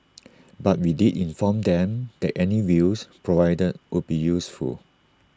but we did inform them that any views provided would be useful